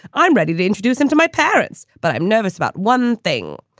i'm ready to introduce him to my parents, but i'm nervous about one thing.